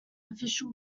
official